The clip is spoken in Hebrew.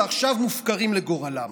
ועכשיו מופקרים לגורלם.